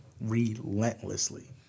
relentlessly